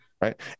Right